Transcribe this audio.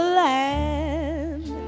land